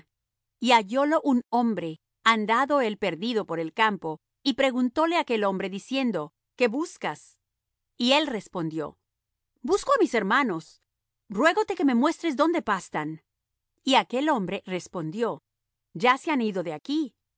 sichm y hallólo un hombre andando él perdido por el campo y preguntóle aquel hombre diciendo qué buscas y él respondió busco á mis hermanos ruégote que me muestres dónde pastan y aquel hombre respondió ya se han ido de aquí